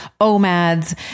OMADs